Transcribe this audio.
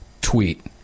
tweet